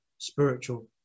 spiritual